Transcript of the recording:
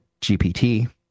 GPT